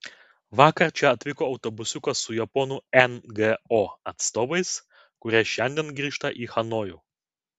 vakar čia atvyko autobusiukas su japonų ngo atstovais kurie šiandien grįžta į hanojų